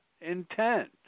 intent